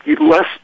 less